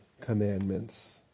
commandments